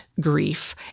grief